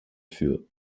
für